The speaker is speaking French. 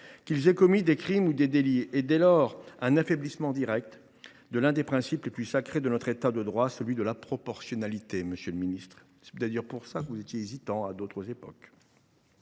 qu’ils aient commis des crimes ou des délits, est, dès lors, un affaiblissement direct de l’un des principes les plus sacrés de notre État de droit, celui de la proportionnalité. C’est d’ailleurs pour cela que vous étiez hésitant à d’autres époques,